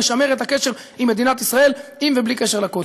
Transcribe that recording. לשמר את הקשר עם מדינת ישראל עם ובלי קשר לכותל.